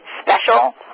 special